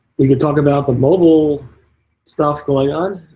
we could talk about the mobile stuff going on.